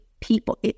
people